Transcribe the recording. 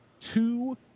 Two